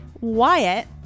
Wyatt